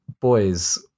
boys